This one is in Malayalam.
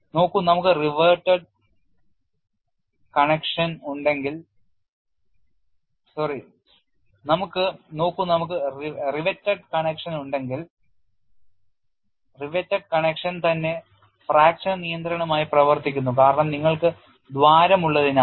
നോക്കു നമുക്ക് റിവേറ്റഡ് കണക്ഷൻ ഉണ്ടെങ്കിൽ റിവേറ്റഡ് കണക്ഷൻ തന്നെ ഫ്രാക്ചർ നിയന്ത്രണമായി പ്രവർത്തിക്കുന്നു കാരണം നിങ്ങൾക്ക് ദ്വാരങ്ങളുള്ളതിനാൽ